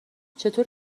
چطور